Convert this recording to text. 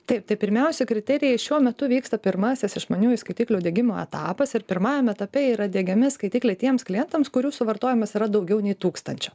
taip tai pirmiausia kriterijai šiuo metu vyksta pirmasis išmaniųjų skaitiklių diegimo etapas ir pirmajame etape yra diegiami skaitikliai tiems klientams kurių suvartojimas yra daugiau nei tūkstančio